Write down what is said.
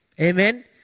Amen